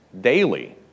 daily